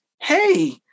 Hey